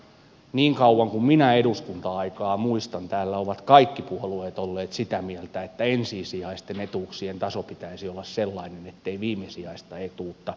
niin kauan kuin minä eduskunta aikaa muistan täällä ovat kaikki puolueet olleet sitä mieltä että ensisijaisten etuuksien tason pitäisi olla sellainen ettei viimesijaista etuutta toimeentulotukea tarvittaisi